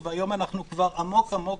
והיום אנחנו כבר עמוק עמוק